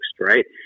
right